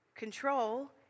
Control